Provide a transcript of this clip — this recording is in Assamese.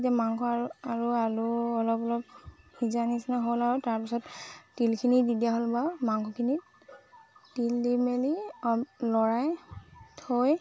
এতিয়া মাংস আৰু আলু অলপ অলপ সিজাৰ নিচিনা হ'ল আৰু তাৰপিছত তিলখিনি দি দিয়া হ'ল বাৰু মাংসখিনিত তিল দি মেলি অ লৰাই থৈ